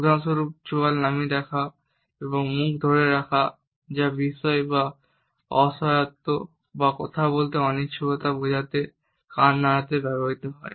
উদাহরণস্বরূপ চোয়াল নামিয়ে রাখা এবং মুখটি ধরে রাখা যা বিস্ময় বা অসহায়ত্ব বা কথা বলতে অনিচ্ছুকতা বোঝাতে কাঁধ নাড়তে ব্যবহৃত হয়